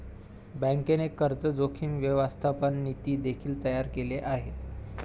बँकेने कर्ज जोखीम व्यवस्थापन नीती देखील तयार केले आहे